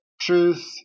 truth